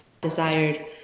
desired